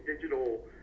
digital